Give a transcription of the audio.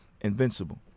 invincible